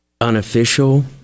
unofficial